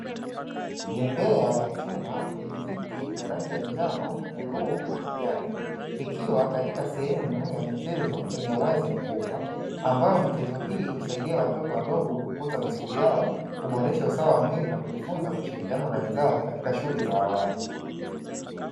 Bembea ya chuma yenye viti ya rangi ya njano na kijani, ikiwa katika sehemu ya michezo yenye uwazi mkubwa, ambao michezo hii husaidia watoto wadogo kukuza misuli yao na kuboresha usawa mwili na kujifunza ushirikiano na wenzao katika shule za awali.